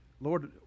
Lord